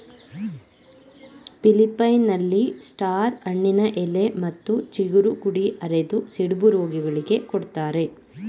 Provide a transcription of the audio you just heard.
ಫಿಲಿಪ್ಪೈನ್ಸ್ನಲ್ಲಿ star ಹಣ್ಣಿನ ಎಲೆ ಮತ್ತು ಚಿಗುರು ಕುಡಿ ಅರೆದು ಸಿಡುಬು ರೋಗಿಗಳಿಗೆ ಕೊಡ್ತಾರೆ